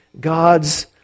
God's